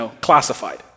classified